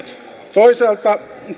toisaalta